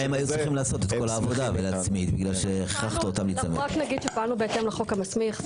פעלנו בהתאם לחוק המסמיך,